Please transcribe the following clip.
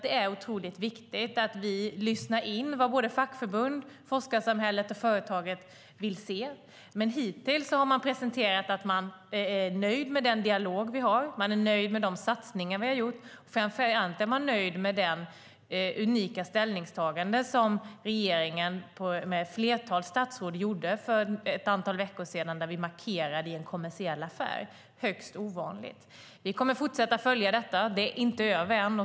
Det är otroligt viktigt att vi lyssnar in vad fackförbunden, forskarsamhället och företaget vill se. Hittills har man sagt att man är nöjd med den dialog vi har och med de satsningar vi har gjort. Framför allt är man nöjd med det unika ställningstagande som regeringen med ett flertal statsråd gjorde för ett antal veckor sedan då vi markerade i en kommersiell affär, vilket är högst ovanligt. Vi kommer att fortsätta att följa detta. Det är inte över än.